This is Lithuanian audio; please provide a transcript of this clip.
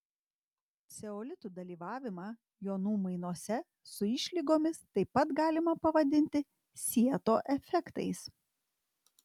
ceolitų dalyvavimą jonų mainuose su išlygomis taip pat galima pavadinti sieto efektais